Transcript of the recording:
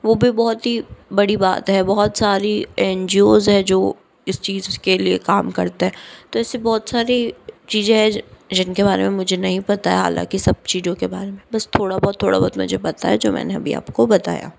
वो भी बहुत ही बड़ी बात है बहुत सारी एनजीओ हैं जो इस चीज़ के लिए काम करते हैं तो ऐसे बहुत सारे चीजें हैं जिनके बारे मे मुझे नहीं पता है हालांकि सब चीजों के बारे में बस थोड़ा बहुत थोड़ा बहुत मुझे पता है जो मैंने अभी आपको बताया